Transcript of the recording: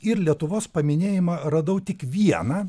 ir lietuvos paminėjimą radau tik vieną